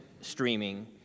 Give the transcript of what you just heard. streaming